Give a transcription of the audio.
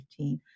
2015